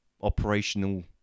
operational